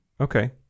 Okay